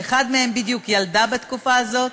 שאחת מהן בדיוק ילדה בתקופה הזאת,